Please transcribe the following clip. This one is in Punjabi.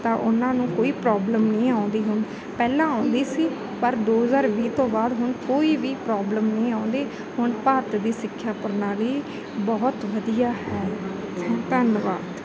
ਤਾਂ ਉਹਨਾਂ ਨੂੰ ਕੋਈ ਪ੍ਰੋਬਲਮ ਨਹੀਂ ਆਉਂਦੀ ਹੁਣ ਪਹਿਲਾਂ ਆਉਂਦੀ ਸੀ ਪਰ ਦੋ ਹਜ਼ਾਰ ਵੀਹ ਤੋਂ ਬਾਅਦ ਹੁਣ ਕੋਈ ਵੀ ਪ੍ਰੋਬਲਮ ਨਹੀਂ ਆਉਂਦੀ ਹੁਣ ਭਾਰਤ ਦੀ ਸਿੱਖਿਆ ਪ੍ਰਣਾਲੀ ਬਹੁਤ ਵਧੀਆ ਹੈ ਥੈਂ ਧੰਨਵਾਦ